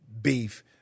beef